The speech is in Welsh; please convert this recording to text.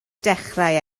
dechrau